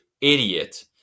idiot